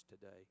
today